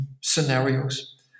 scenarios